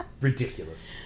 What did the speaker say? ridiculous